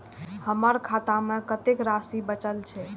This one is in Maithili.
हमर खाता में कतेक राशि बचल छे?